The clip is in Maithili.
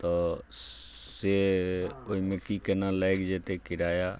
तऽ से ओइमे की केना लागि जेतै किराया